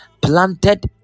planted